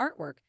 artwork